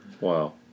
Wow